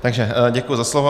Takže děkuji za slovo.